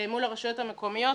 מול הרשויות המקומיות.